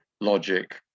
logic